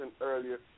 earlier